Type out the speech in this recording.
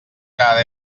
cada